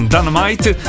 Dynamite